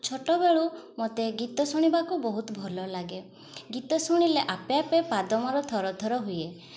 ଛୋଟବେଳୁ ମୋତେ ଗୀତ ଶୁଣିବାକୁ ବହୁତ ଭଲ ଲାଗେ ଗୀତ ଶୁଣିଲେ ଆପେ ଆପେ ପାଦ ମୋର ଥର ଥର ହୁଏ